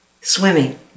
swimming